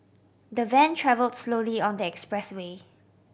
the van travel slowly on the expressway